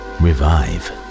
revive